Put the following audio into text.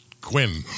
Quinn